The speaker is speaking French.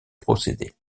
procédé